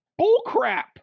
bullcrap